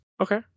Okay